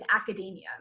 academia